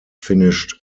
finished